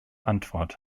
antwort